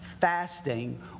fasting